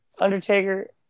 Undertaker